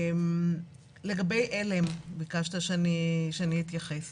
לגבי עלם, ביקשת שאני אתייחס.